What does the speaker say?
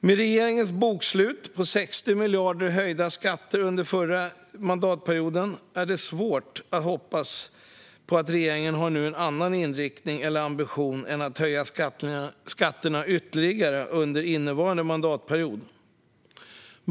Med regeringens bokslut på 60 miljarder i höjda skatter under förra mandatperioden är det svårt att hoppas på att regeringen nu har en annan inriktning eller ambition än att höja skatterna ytterligare under innevarande mandatperiod.